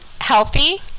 healthy